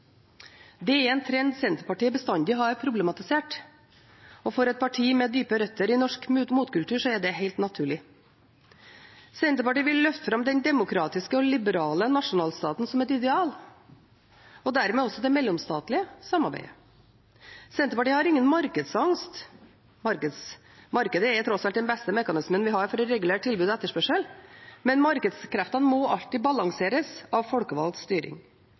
Det er en trend Senterpartiet bestandig har problematisert, og for et parti med dype røtter i norsk motkultur er det helt naturlig. Senterpartiet vil løfte fram den demokratiske og liberale nasjonalstaten som et ideal, og dermed også det mellomstatlige samarbeidet. Senterpartiet har ingen markedsangst. Markedet er tross alt den beste mekanismen vi har for å regulere tilbud og etterspørsel, men markedskreftene må alltid balanseres av folkevalgt styring.